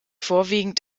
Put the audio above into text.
vorwiegend